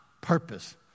purpose